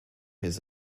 his